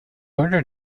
order